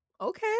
okay